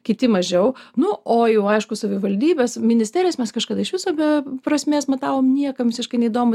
kiti mažiau nu o jau aišku savivaldybes ministerijas mes kažkada iš viso be prasmės matavom niekam visiškai neįdomu